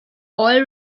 oil